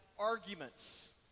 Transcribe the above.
arguments